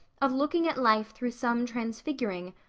of looking at life through some transfiguring.